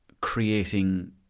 creating